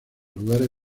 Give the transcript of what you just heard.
lugares